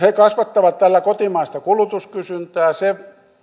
he kasvattavat tällä kotimaista kulutuskysyntää se